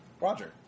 Roger